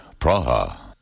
Praha